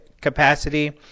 capacity